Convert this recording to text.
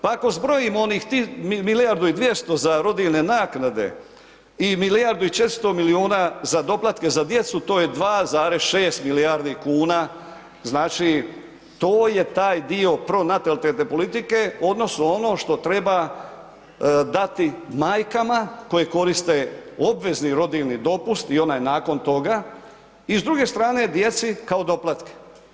Pa ako zbrojimo onih milijardu i 200 za rodiljne naknade i milijardu i 400 miliona za doplatke za djecu to je 2,6 milijardi kuna znači to je taj dio pronatalitetne politike odnosno ono što treba dati majkama koje koriste obvezni rodiljni dopust i onaj nakon toga i s druge strane djeci kao doplatke.